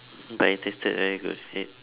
but it tasted very good is it